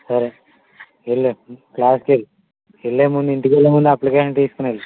సరే వెళ్ళు క్లాస్కి వెళ్ళు వెళ్ళేముందు ఇంటికి వెళ్ళేముందు అప్లికేషన్ తీసుకుని వెళ్ళు